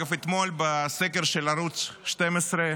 אתם עומדים ואיפה אתם נמצאים.